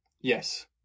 yes